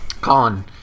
colin